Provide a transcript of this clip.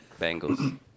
Bengals